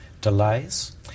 Delays